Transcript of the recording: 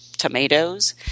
tomatoes